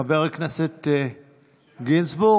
חבר הכנסת גינזבורג?